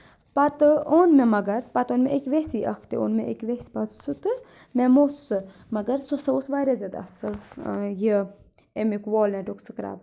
پَتہٕ اوٚن مےٚ مَگر پَتہٕ اوٚن مےٚ أکہِ ویسی اکھتُے اوٚن مےٚ أکہِ ویسہِ پَتہٕ سُہ تہٕ مےٚ موٚتھ سُہ مَگر سُہ اوس واریاہ زیادٕ اَصٕل یہِ اَمیُک والنیٚٹُک سٕکرب